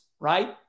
right